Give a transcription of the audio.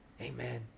Amen